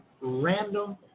random